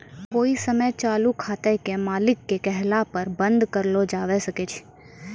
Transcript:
कोइ समय चालू खाते के मालिक के कहला पर बन्द कर लो जावै सकै छै